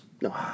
No